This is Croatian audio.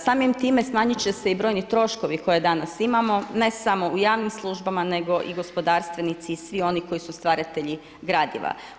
Samim time smanjit će se i brojni troškovi koje danas imamo ne samo u javnim službama nego i gospodarstvenici i svi oni koji su stvaratelji gradiva.